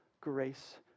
grace